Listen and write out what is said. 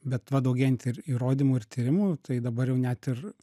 bet va daugėjant ir įrodymų ir tyrimų tai dabar jau net ir